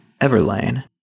Everlane